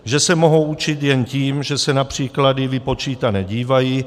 Že se mohou učit jen tím, že se na příklady vypočítané dívají.